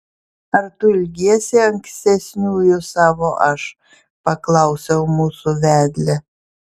ar tu ilgiesi ankstesniųjų savo aš paklausiau mūsų vedlę